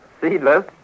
seedless